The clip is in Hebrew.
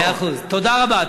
מאה אחוז, תודה רבה.